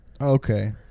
Okay